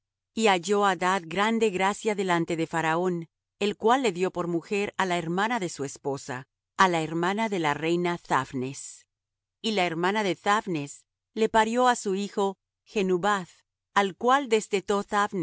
y halló adad grande gracia delante de faraón el cual le dió por mujer á la hermana de su esposa á la hermana de la reina thaphnes y la hermana de thaphnes le parió á su hijo genubath al cual destetó